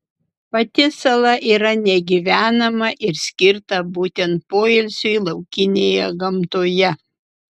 pati sala yra negyvenama ir skirta būtent poilsiui laukinėje gamtoje